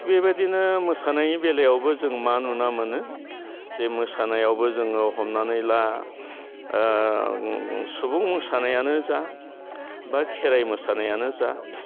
थिग बेबादिनो मोसानायनि बेलायावबो जों मा नुना मोनो जे मोसानायावबो जोङो हमनानै ला सुबुं मोसानायानो जा बा खेराइ मोसानायानो जा